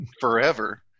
forever